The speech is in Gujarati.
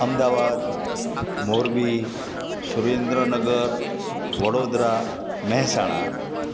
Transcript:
અમદાવાદ મોરબી સુરેન્દ્રનગર વડોદરા મહેસાણા